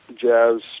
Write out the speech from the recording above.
jazz